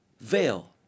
veil